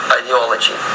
ideology